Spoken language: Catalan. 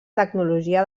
tecnologia